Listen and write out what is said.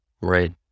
Right